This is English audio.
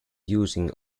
using